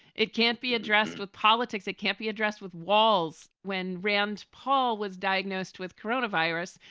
it can't be addressed with politics. it can't be addressed with walls. when rand paul was diagnosed with corona virus,